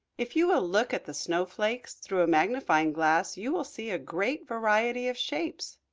if you will look at the snowflakes through a magnifying glass you will see a great variety of shapes.